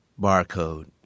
Barcode